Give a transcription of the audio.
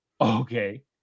Okay